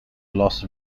los